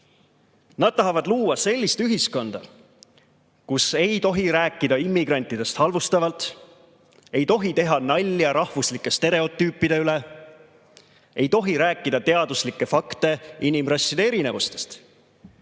Nad tahavad luua sellist ühiskonda, kus ei tohi rääkida immigrantidest halvustavalt, ei tohi teha nalja rahvuslike stereotüüpide üle, ei tohi rääkida teaduslikke fakte inimrasside erinevustest.